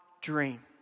dream